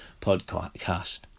podcast